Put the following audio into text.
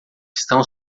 estão